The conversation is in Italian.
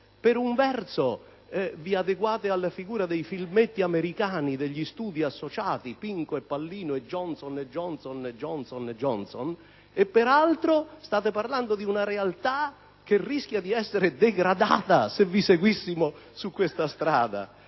Per un verso vi adeguate alla figura dei filmetti americani degli studi associati «Pinco & Pallino», «Johnson & Johnson» e per l'altro state parlando di una realtà che rischia di essere degradata se vi seguissimo su questa strada.